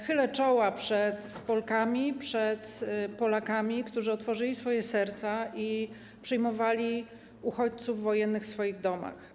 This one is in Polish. Chylę czoła przed Polkami i przed Polakami, którzy otworzyli swoje serca i przyjmowali uchodźców wojennych w swoich domach.